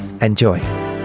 enjoy